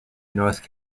north